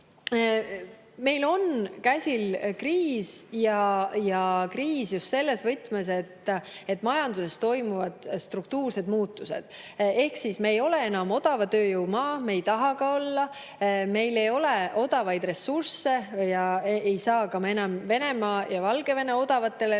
Meil on käsil kriis ja kriis just selles võtmes, et majanduses toimuvad struktuursed muutused. Ehk me ei ole enam odava tööjõu maa, me ei taha ka olla. Meil ei ole odavaid ressursse ja me ei saa enam ka Venemaa ja Valgevene odavatele